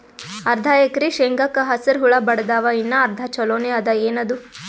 ಅರ್ಧ ಎಕರಿ ಶೇಂಗಾಕ ಹಸರ ಹುಳ ಬಡದಾವ, ಇನ್ನಾ ಅರ್ಧ ಛೊಲೋನೆ ಅದ, ಏನದು?